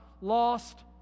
lost